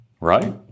right